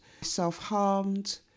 Self-harmed